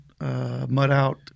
mud-out